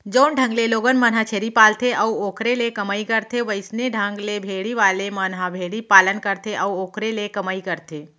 जउन ढंग ले लोगन मन ह छेरी पालथे अउ ओखर ले कमई करथे वइसने ढंग ले भेड़ी वाले मन ह भेड़ी पालन करथे अउ ओखरे ले कमई करथे